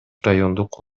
райондук